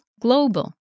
global